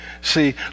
See